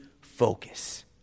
focus